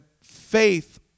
faith